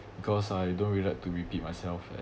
because I don't really like to repeat myself eh